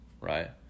right